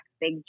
big